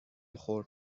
خورد